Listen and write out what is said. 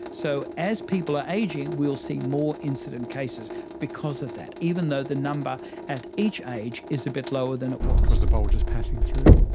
so as people are ageing we will see more incident cases because of that, even though the number at each age is a bit lower than it was. because the bulge is passing through.